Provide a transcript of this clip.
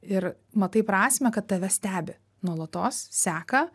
ir matai prasmę kad tave stebi nuolatos seka